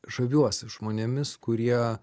žaviuosi žmonėmis kurie